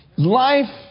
Life